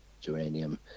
geranium